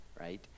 right